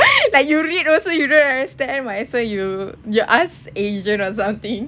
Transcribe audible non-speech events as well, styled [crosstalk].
[breath] like you read also you don't understand might as well you you ask agent or something